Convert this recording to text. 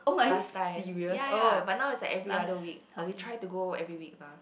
last time ya ya but now it's like every other week or we try to go every week lah